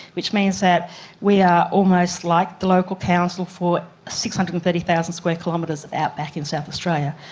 which means that we are almost like the local council for six hundred and thirty thousand square kilometres of outback in south australia.